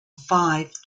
five